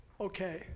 Okay